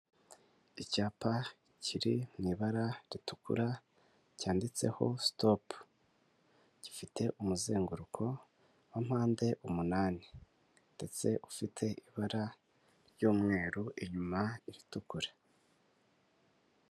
Icyapa kiri mu ibara ritukura cyanditseho sitopu gifite umuzenguruko wa mpande umunani ndetse ufite ibara ry'umweru inyuma iritukura.